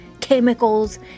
chemicals